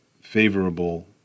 favorable